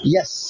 Yes